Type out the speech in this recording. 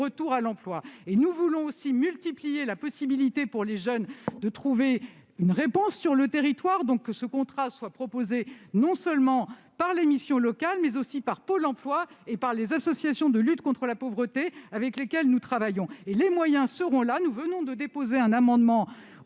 retour à l'emploi. Nous voulons aussi multiplier la possibilité pour les jeunes de trouver une réponse sur le territoire. Il convient donc que ce contrat soit proposé non seulement par les missions locales, mais aussi par Pôle emploi et par les associations de lutte contre la pauvreté, avec lesquelles nous travaillons. Les moyens seront là : nous venons de déposer un amendement